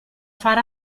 far